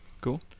Cool